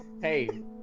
Hey